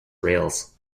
rails